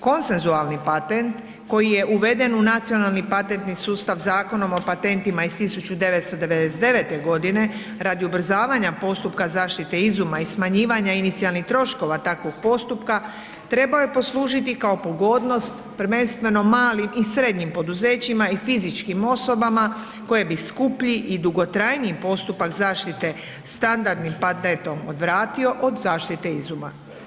Konsensualni patent koji je uveden u nacionalni patentni sustav Zakonom o patentima iz 1999.g. radi ubrzavanja postupka zaštite izuma i smanjivanja inicijalnih troškova takvog postupka trebao je poslužiti kao pogodnost prvenstveno malim i srednjim poduzećima i fizičkim osobama koje bi skuplji i dugotrajniji postupak zaštite standardnim patentom odvratio od zaštite izuma.